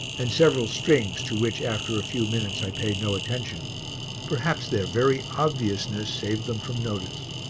and several strings to which after a few minutes i paid no attention perhaps their very obviousness saved them from notice.